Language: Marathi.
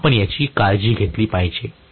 तर आपण याची काळजी घेतली पाहिजे